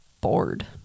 bored